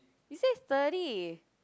you say it's thirty